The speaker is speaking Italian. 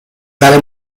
tale